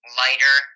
lighter